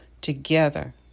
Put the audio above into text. together